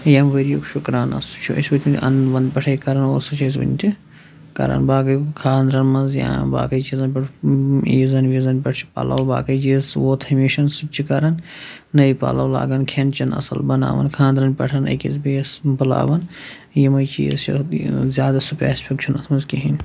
ییٚمہِ ؤریُک شُکران سُہ چھُ أسۍ وٕنۍ اَندٕ پٮ۪ٹھَے کَران اوس سُہ چھِ أسۍ وٕنہِ تہِ کَران باقٕے خاندرَن منٛز یا باقٕے چیٖزَن پٮ۪ٹھ عیٖزَن ویٖزَن پٮ۪ٹھ چھِ پَلَو باقٕے چیٖز سُہ ووت ہمیشَن سُہ تہِ چھِ کَران نٔے پَلَو لاگان کھٮ۪ن چٮ۪ن اَصٕل بَناوَان خاندرَن پٮ۪ٹھ أکِس بیٚیِس بُلاوان یِمَے چیٖز چھِ زیادٕ سُپیسفِک چھُنہٕ اَتھ منٛز کِہیٖنۍ